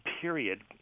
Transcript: period